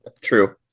true